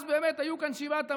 אז באמת היו כאן שבעת עממים,